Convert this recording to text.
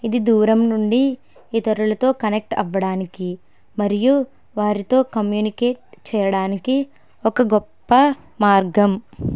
ఇది దూరం నుండి ఇతరులతో కనెక్ట్ అవ్వడానికి మరియు వారితో కమ్యూనికేట్ చేయడానికి ఒక గొప్ప మార్గం